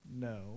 No